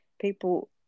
people